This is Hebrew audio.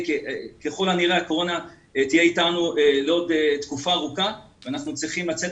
ככל הראה הקורונה תהיה לעוד תקופה ארוכה ואנחנו צריכים לצאת